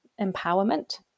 empowerment